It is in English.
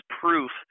proof